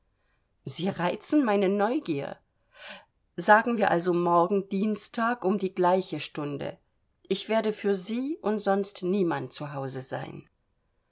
sie reizen meine neugier sagen wir also morgen dienstag um die gleiche stunde ich werde für sie und sonst niemand zu hause sein